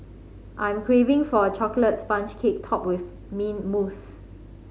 I am craving for a chocolate sponge cake topped with mint mousse